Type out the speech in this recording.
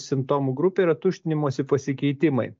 simptomų grupė yra tuštinimosi pasikeitimai